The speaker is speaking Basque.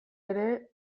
ere